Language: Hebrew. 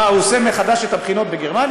מה, הוא עושה מחדש את הבחינות בגרמניה?